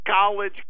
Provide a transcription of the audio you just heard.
college